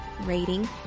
rating